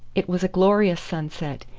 it was a glorious sunset,